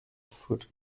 food